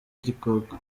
igikoko